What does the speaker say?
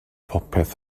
popeth